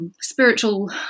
Spiritual